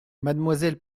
mademoiselle